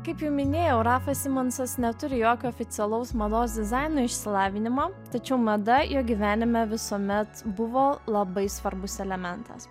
kaip jau minėjau rafas simonsas neturi jokio oficialaus mados dizaino išsilavinimo tačiau mada jo gyvenime visuomet buvo labai svarbus elementas